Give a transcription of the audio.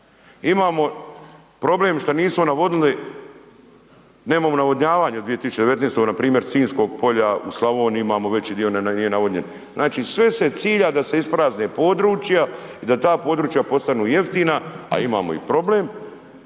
imamo problem šta nismo navodili nemamo navodnjavanje u 2019. npr. Sinjskog polja u Slavoniji imamo veći dio nije navodnjen, znači sve se cilja da se isprazne područja i da ta područja postanu jeftina, a imamo i problem